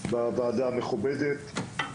בוועדה המכובדת.